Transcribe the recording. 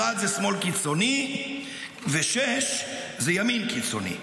אחד זה שמאל קיצוני ושש זה ימין קיצוני.